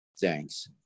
Thanks